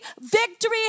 victory